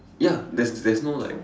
ya that's that's no like